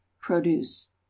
produce